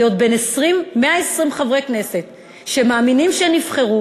להיות בין 120 חברי כנסת שמאמינים שהם נבחרו